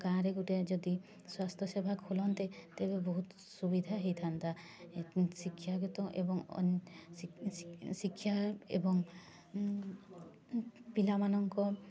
ଗାଁ'ରେ ଗୋଟେ ଯଦି ସ୍ୱାସ୍ଥ୍ୟ ସେବା ଖୋଲନ୍ତେ ତେବେ ବହୁତ ସୁବିଧା ହୋଇଥାନ୍ତା ଶିକ୍ଷାଗତ ଏବଂ ଅନ୍ୟ ଶିକ୍ଷା ଏବଂ ପିଲାମାନଙ୍କ